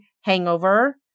hangover